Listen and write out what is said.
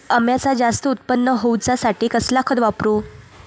अम्याचा जास्त उत्पन्न होवचासाठी कसला खत वापरू?